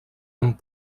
amb